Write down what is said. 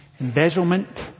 embezzlement